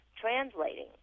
translating